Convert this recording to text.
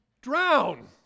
drown